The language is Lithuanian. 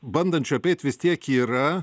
bandančių apeit vis tiek yra